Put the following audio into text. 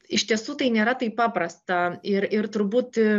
iš tiesų tai nėra taip paprasta ir ir turbūt